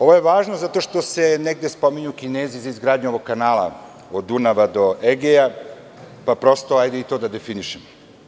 Ovo je važno zato što se negde spominju Kinezi oko izgradnje ovog kanala od Dunava do Egeja, pa prosto da i to definišemo.